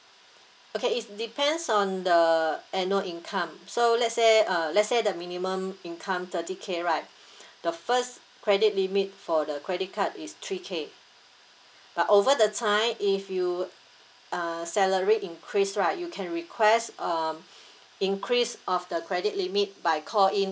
okay it's depends on the annual income so let's say uh let's say the minimum income thirty K right the first credit limit for the credit card is three K but over the time if you uh salary increase right you can request um increase of the credit limit by call in